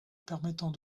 permettant